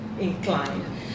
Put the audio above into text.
inclined